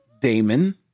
Damon